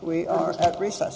we are at recess